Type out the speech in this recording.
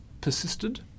persisted